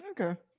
Okay